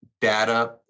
data